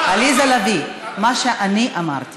עליזה לביא, מה שאני אמרתי